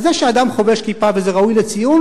זה שאדם חובש כיפה וזה ראוי לציון,